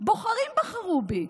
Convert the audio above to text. בוחרים בחרו בי,